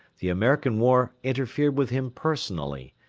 the american war interfered with him personally,